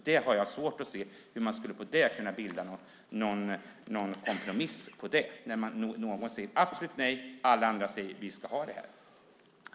Jag har svårt att se hur man på det skulle kunna bilda någon kompromiss, när någon säger absolut nej och alla andra säger att vi ska ha det här.